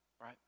right